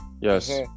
yes